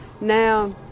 Now